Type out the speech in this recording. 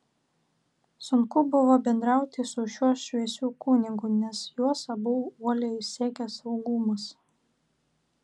sunku buvo bendrauti su šiuo šviesiu kunigu nes juos abu uoliai sekė saugumas